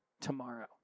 tomorrow